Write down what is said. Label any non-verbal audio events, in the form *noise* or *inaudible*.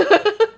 *laughs*